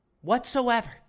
whatsoever